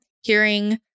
hearing